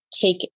take